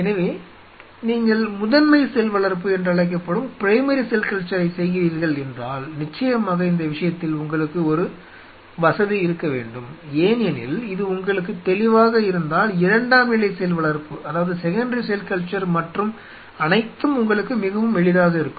எனவே நீங்கள் முதன்மை செல் வளர்ப்பினை செய்கிறீர்கள் என்றால் நிச்சயமாக இந்த விஷயத்தில் உங்களுக்கு ஒரு வசதி இருக்க வேண்டும் ஏனெனில் இது உங்களுக்கு தெளிவாக இருந்தால் இரண்டாம் நிலை செல் வளர்ப்பு மற்றும் அனைத்தும் உங்களுக்கு மிகவும் எளிதாக இருக்கும்